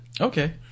Okay